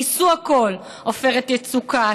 ניסו הכול: עופרת יצוקה,